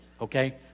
Okay